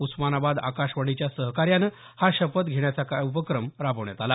उस्मानाबाद आकाशवाणीच्या सहकार्यानं हा शपथ घेण्याचा उपक्रम राबवण्यात आला